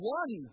one